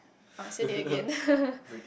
uh said it again